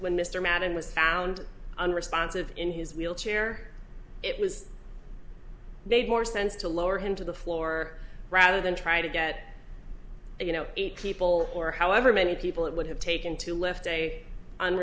when mr madden was found unresponsive in his wheelchair it was made more sense to lower him to the floor rather than try to get you know eight people or however many people it would have taken to lift d